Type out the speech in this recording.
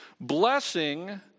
Blessing